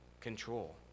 control